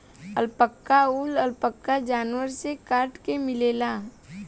alpaca ऊन, alpaca जानवर से काट के मिलेला